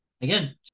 again